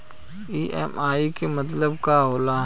EMI के मतलब का होला?